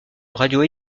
radio